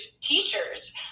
teachers